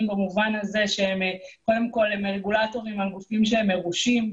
במובן הזה שהם קודם כל רגולטורים על גופים שהם מרושים.